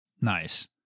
Nice